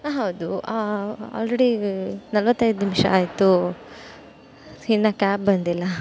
ಹಾಂ ಹೌದು ಆಲ್ರೆಡಿ ನಲವತ್ತೈದು ನಿಮಿಷ ಆಯಿತು ಇನ್ನು ಕ್ಯಾಬ್ ಬಂದಿಲ್ಲ